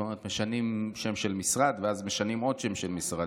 זאת אומרת משנים שם של משרד ואז משנים עוד שם של משרד,